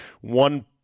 one